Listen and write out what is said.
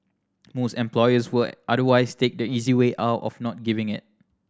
most employers will otherwise take the easy way out of not giving it